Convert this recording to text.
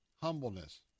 Humbleness